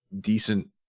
decent